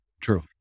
True